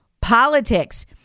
Politics